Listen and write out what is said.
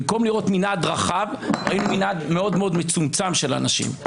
במקום לראות מנעד רחב ראינו מנעד מאוד מאוד מצומצם של אנשים.